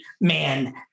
man